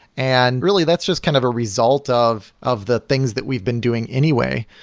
and really, that's just kind of a result of of the things that we've been doing anyway.